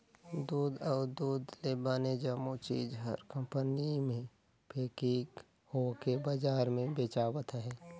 दूद अउ दूद ले बने जम्मो चीज हर कंपनी मे पेकिग होवके बजार मे बेचावत अहे